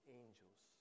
angels